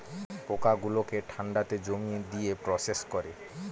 পোকা গুলোকে ঠান্ডাতে জমিয়ে দিয়ে প্রসেস করে